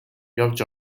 явж